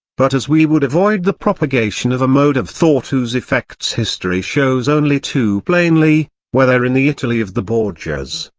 but as we would avoid the propagation of a mode of thought whose effects history shows only too plainly, whether in the italy of the borgias,